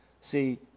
See